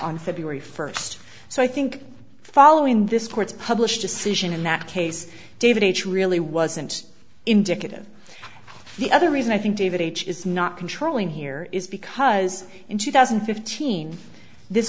on february first so i think following this sports published decision in that case david h really wasn't indicative of the other reason i think david h is not controlling here is because in two thousand and fifteen this